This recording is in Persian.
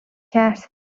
کرد